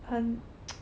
很